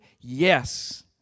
yes